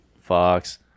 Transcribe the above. fox